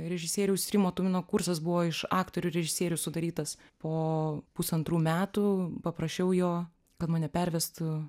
režisieriaus rimo tumino kursas buvo iš aktorių režisierių sudarytas po pusantrų metų paprašiau jo kad mane pervestų